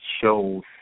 shows